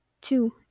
two